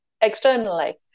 externally